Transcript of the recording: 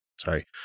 sorry